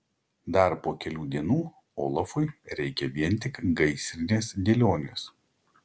dar po kelių dienų olafui reikia vien tik gaisrinės dėlionės